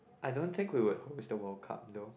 I don't think we would host the World Cup though